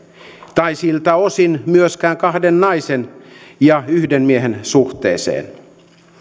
tai siltä osin myöskään kahden naisen ja yhden miehen suhteeseen